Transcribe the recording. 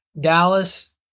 Dallas